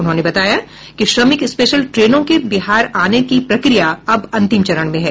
उन्होंने बताया कि श्रमिक स्पेशल ट्रेनों के बिहार आने की प्रक्रिया अब अंतिम चरण में है